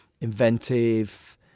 inventive